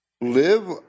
live